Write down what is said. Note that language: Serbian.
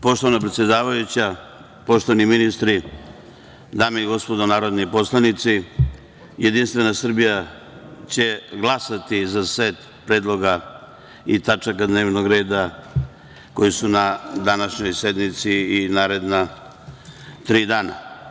Poštovana predsedavajuća, poštovani ministri, dame i gospodo narodni poslanici, Jedinstvena Srbija će glasati za set predloga i tačaka dnevnog reda koji su na današnjoj sednici i naredna tri dana.